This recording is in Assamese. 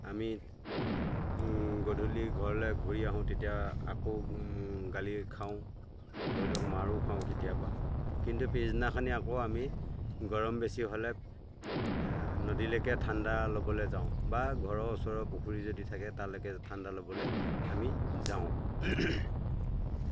আমি গধূলি ঘৰলৈ ঘূৰি আহোঁ তেতিয়া আকৌ গালি খাওঁ ধৰি লওক মাৰো খাওঁ কেতিয়াবা কিন্তু পিছদিনাখিনি আকৌ আমি গৰম বেছি হ'লে নদীলৈকে ঠাণ্ডা ল'বলৈ যাওঁ বা ঘৰৰ ওচৰৰ পুখুৰী যদি থাকে তালৈকে ঠাণ্ডা ল'বলৈ আমি যাওঁ